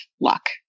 luck